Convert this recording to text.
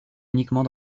uniquement